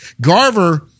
Garver